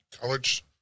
college